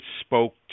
spoke